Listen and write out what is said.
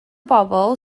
bobl